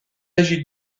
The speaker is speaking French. agit